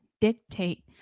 dictate